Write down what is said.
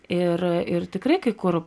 ir ir tikrai kai kur